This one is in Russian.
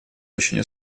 очень